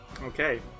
Okay